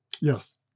Yes